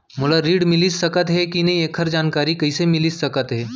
मोला ऋण मिलिस सकत हे कि नई एखर जानकारी कइसे मिलिस सकत हे?